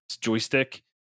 joystick